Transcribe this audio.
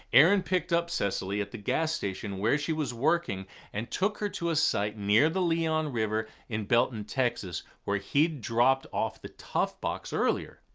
aaron picked up cecily at the gas station where she was working and took her to a site near the leon river in belton, texas, where he dropped off the tough box earlier.